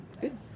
Good